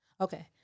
Okay